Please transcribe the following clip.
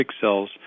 cells